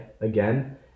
again